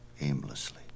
aimlessly